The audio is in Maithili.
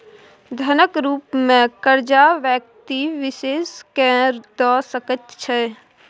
धनक रुप मे करजा व्यक्ति विशेष केँ द सकै छी